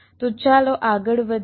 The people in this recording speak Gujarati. તો ચાલો આગળ વધીએ